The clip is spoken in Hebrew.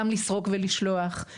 גם לסרוק ולשלוח,